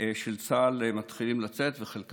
של צה"ל מתחילים לצאת לחופשות,